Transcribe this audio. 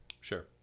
Sure